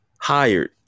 hired